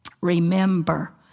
Remember